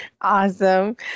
Awesome